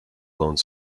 clone